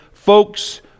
folks